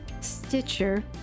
Stitcher